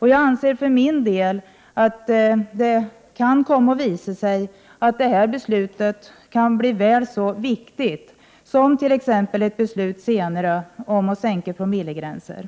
Jag anser för min del att det kan komma att visa sig att det här beslutet är väl så viktigt som ett senare beslut om att sänka promillegränserna.